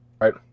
right